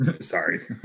sorry